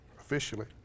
officially